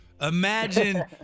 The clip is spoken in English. imagine